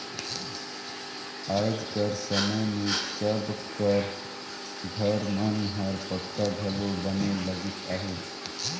आएज कर समे मे सब कर घर मन हर पक्का घलो बने लगिस अहे